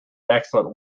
excellent